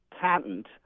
patent